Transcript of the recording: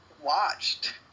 watched